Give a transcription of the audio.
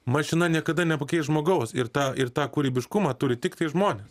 mašina niekada nepakeis žmogaus ir tą ir tą kūrybiškumą turi tiktai žmonės